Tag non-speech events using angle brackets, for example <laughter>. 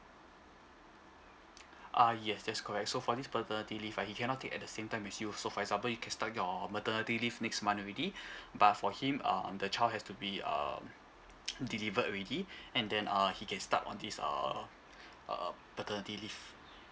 uh yes that's correct so for this paternity leave right he cannot take at the same time as you so for example you can start your maternity leave next month already but for him um the child has to be um <noise> delivered already and then uh he can start on this err uh paternity leave